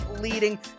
leading